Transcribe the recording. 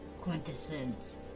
Quintessence